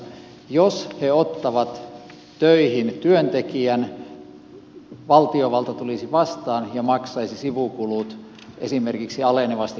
jos he ottavat töihin työntekijän valtiovalta tulisi vastaan ja maksaisi sivukulut esimerkiksi alenevasti kahden vuoden ajan